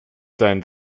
seinen